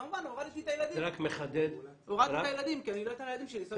כמובן הורדתי את הילדים כי אני לא אתן לילדים שלי לנסוע כך.